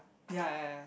ya ya ya